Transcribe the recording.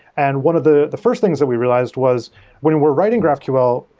and one of the the first things that we realized was when we're writing graphql,